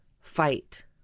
fight